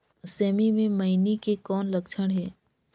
सेमी मे मईनी के कौन लक्षण हे?